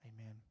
Amen